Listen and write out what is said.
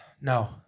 No